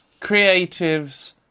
creatives